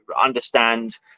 understand